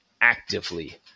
actively